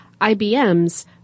IBM's